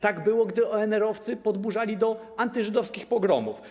Tak było, gdy ONR-owcy podburzali do antyżydowskich pogromów.